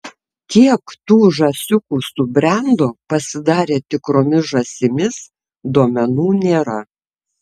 kiek tų žąsiukų subrendo pasidarė tikromis žąsimis duomenų nėra